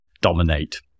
dominate